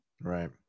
Right